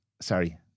sorry